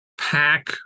pack